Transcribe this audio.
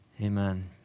amen